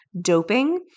doping